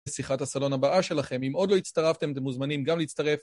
בשיחת הסלון הבאה שלכם. אם עוד לא הצטרפתם, אתם מוזמנים גם להצטרף.